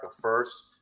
first